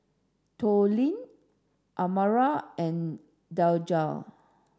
Tollie Amara and Daijah